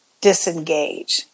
disengage